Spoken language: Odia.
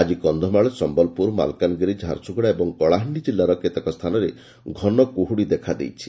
ଆଜି କନ୍ଧମାଳ ସମ୍ୟଲପୁର ମାଲକାନଗିରି ଝାରସୁଗୁଡ଼ା ଏବଂ କଳାହାଣ୍ଡି କିଲ୍ଲାର କେତେକ ସ୍ଥାନରେ ଘନ କୁହୁଡ଼ି ଦେଖାଦେଇଛି